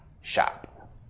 shop